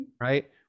right